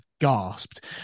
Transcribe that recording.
gasped